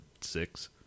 Six